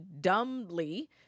dumbly